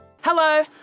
Hello